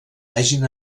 hagin